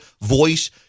voice